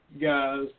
guys